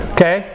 Okay